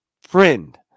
Friend